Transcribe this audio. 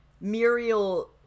Muriel